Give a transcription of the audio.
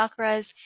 chakras